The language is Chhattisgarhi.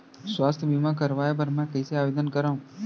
स्वास्थ्य बीमा करवाय बर मैं कइसे आवेदन करव?